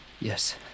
Yes